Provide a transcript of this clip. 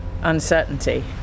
uncertainty